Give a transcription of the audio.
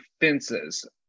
Fences